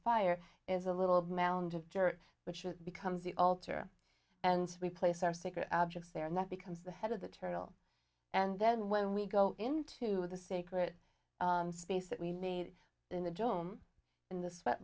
fire is a little mound of dirt which becomes the altar and we place our sacred objects there and that becomes the head of the turtle and then when we go into the sacred space that we need in the joam in the sweat